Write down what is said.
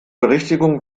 berichtigung